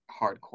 hardcore